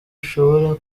ishobora